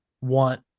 want